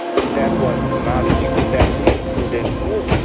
that was not exactly a prudent move